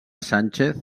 sánchez